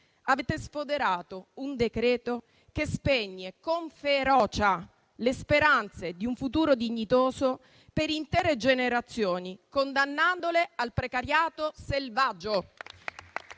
avete sfoderato un decreto che spegne con ferocia le speranze di un futuro dignitoso per intere generazioni, condannandole al precariato selvaggio.